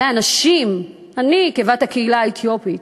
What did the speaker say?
אני כבת הקהילה האתיופית,